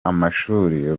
amashuri